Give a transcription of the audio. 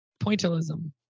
Pointillism